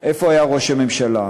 איפה היה ראש הממשלה?